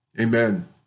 amen